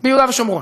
ביהודה ושומרון.